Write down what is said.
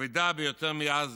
הכבדה ביותר מאז